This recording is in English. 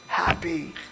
happy